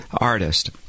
artist